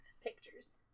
pictures